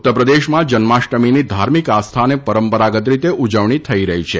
ઉત્તરપ્રદેશમાં જન્માષ્ટમીની ધાર્મિક આસ્થા અને પરંપરાગત રીતે ઉજવણી થઇ રહી છે